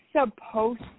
supposed